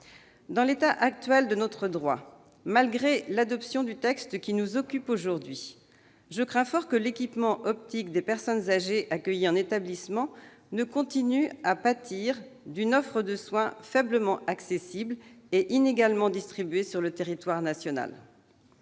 En l'état actuel de notre droit, et malgré l'adoption de la présente proposition de loi, je crains fort que l'équipement optique des personnes âgées accueillies en établissement ne continue à pâtir d'une offre de soins faiblement accessible et inégalement distribuée sur le territoire national.